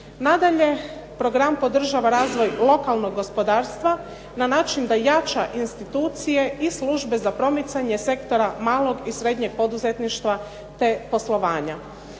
Nadalje, program podržava razvoj lokalnog gospodarstva na način da jača institucije i službe za promicanje sektora malog i srednjeg poduzetništva te poslovanja.